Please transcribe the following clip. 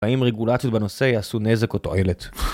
האם רגולציות בנושא יעשו נזק או תועלת?